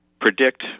predict